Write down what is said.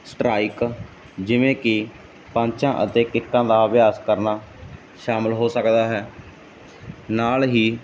strike ਜਿਵੇਂ ਕਿ ਪੰਚਾਂ ਅਤੇ ਕਿੱਟਾਂ ਦਾ ਅਭਿਆਸ ਕਰਨਾ ਸ਼ਾਮਲ ਹੋ ਸਕਦਾ ਹੈ ਨਾਲ ਹੀ